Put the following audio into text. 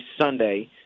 Sunday